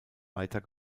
weiter